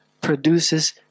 produces